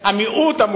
המיעוט.